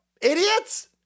idiots